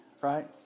Right